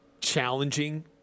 challenging